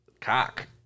cock